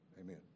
amen